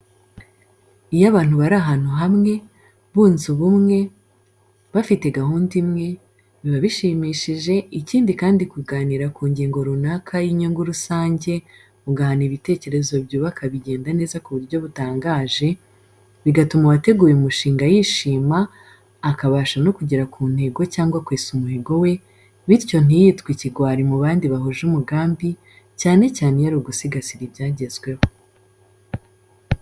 Iyo abantu bari ahantu hamwe, bunze ubumwe, bafite gahunda imwe, biba bishimishije, ikindi kandi kuganira ku ngingo runaka y'inyungu rusange, mugahana ibitekerezo byubaka bigenda neza ku buryo butangaje, bigatuma uwateguye umushinga yishima, akabasha no kugera ku ntego cyangwa kwesa umuhigo we, bityo ntiyitwe ikigwari mu bandi bahuje umugambi, cyane cyane iyo ari ugusigasira ibyagezweho.